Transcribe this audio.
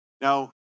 Now